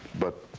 but